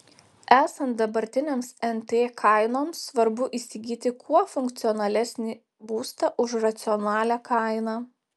esant dabartinėms nt kainoms svarbu įsigyti kuo funkcionalesnį būstą už racionalią kainą